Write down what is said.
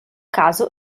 caso